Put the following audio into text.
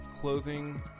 clothing